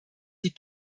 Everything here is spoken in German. die